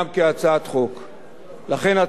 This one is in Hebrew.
לכן הצעת החוק שמונחת פה היום,